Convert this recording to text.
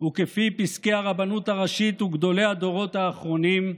וכפי פסקי הרבנות הראשית וגדולי הדורות האחרונים: